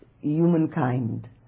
humankind